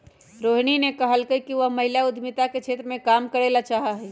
रोहिणी ने कहल कई कि वह महिला उद्यमिता के क्षेत्र में काम करे ला चाहा हई